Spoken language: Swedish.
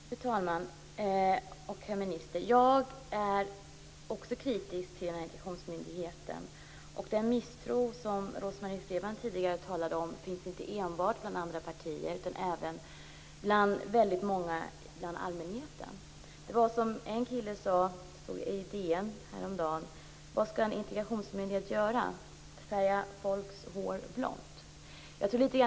Fru talman och herr minister! Jag är också kritisk till integrationsmyndigheten. Den misstro som Rose Marie Frebran tidigare talade om finns inte enbart bland andra partier utan även hos väldigt många i allmänheten. Det stod i DN häromdagen att en kille sade: Vad skall en integrationsmyndighet göra? Färga folks hår blått?